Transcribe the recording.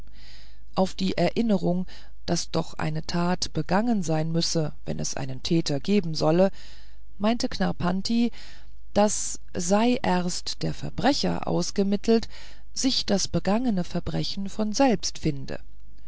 auf die erinnerung daß doch eine tat begangen sein müsse wenn es einen täter geben solle meinte knarrpanti daß sei erst der verbrecher ausgemittelt sich das begangene verbrechen von selbst finde